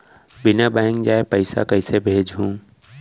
बिना बैंक जाये पइसा कइसे भेजहूँ?